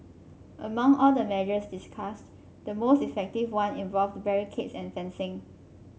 among all the measures discussed the most effective one involved barricades and fencing